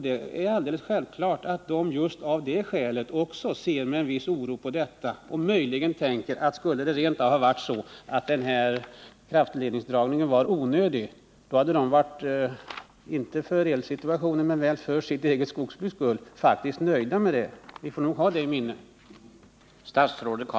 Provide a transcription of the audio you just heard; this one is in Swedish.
Det är självklart att skogsägarna ser med oro på detta.